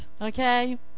okay